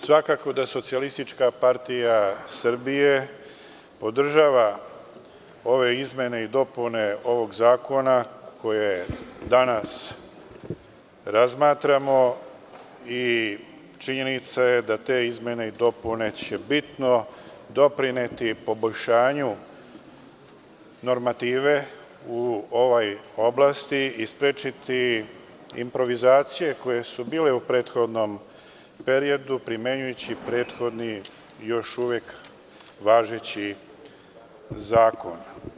Svakako da SPS podržava ove izmene i dopune ovog zakona koje danas razmatramo i činjenica je da će te izmene i dopune bitno doprineti poboljšanju normative u ovoj oblasti i sprečiti improvizacije koje su bile u prethodnom periodu, primenjujući prethodni, još uvek važeći zakon.